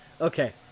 okay